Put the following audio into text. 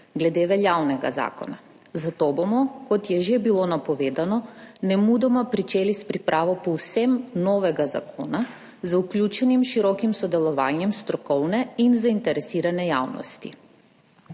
glede veljavnega zakona, zato bomo, kot je že bilo napovedano, nemudoma začeli s pripravo povsem novega zakona z vključenim širokim sodelovanjem strokovne in zainteresirane javnosti.